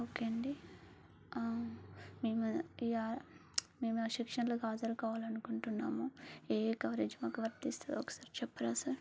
okay అండి మేమది మేమా సెక్షన్లకు హాజరు కావాలనుకుంటున్నాము ఏఏ కవరేజు మాకు వర్తిస్తుందో ఒకసారి చెప్పరా సర్